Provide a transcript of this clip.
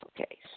Okay